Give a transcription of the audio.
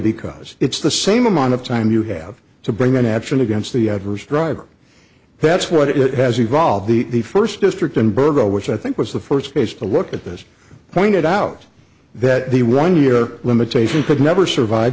because it's the same amount of time you have to bring an action against the adverse driver that's what it has evolved the first district and burgo which i think was the first case to look at this point out that the one year limitation could never survive